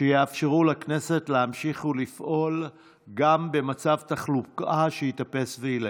שיאפשרו לכנסת להמשיך לפעול גם במצב תחלואה שתטפס ותלך.